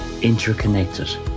interconnected